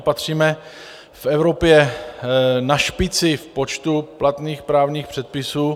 Patříme v Evropě na špici v počtu platných právních předpisů.